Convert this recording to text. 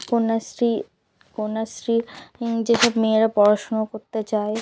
কন্যাশ্রী কন্যাশ্রী যেসব মেয়েরা পড়াশুনো করতে চায়